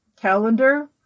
calendar